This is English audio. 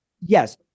yes